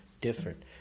different